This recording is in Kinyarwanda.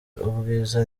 ubwiza